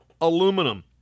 aluminum